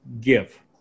give